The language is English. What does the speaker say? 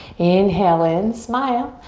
inhale in, smile,